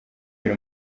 biri